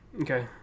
Okay